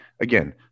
again